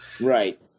Right